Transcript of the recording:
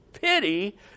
pity